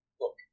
Look